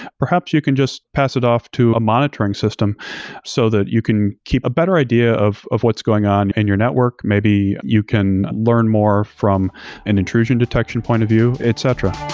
perhaps you can just pass it off to a monitoring system so that you can keep a better idea of of what's going on in your network. maybe you can learn more from an intrusion detection point of view, etc.